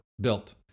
Built